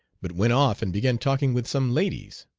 but went off and began talking with some ladies.